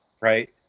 Right